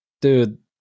dude